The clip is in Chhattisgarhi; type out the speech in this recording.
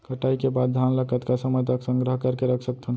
कटाई के बाद धान ला कतका समय तक संग्रह करके रख सकथन?